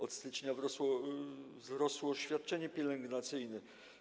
Od stycznia wzrosło świadczenie pielęgnacyjne.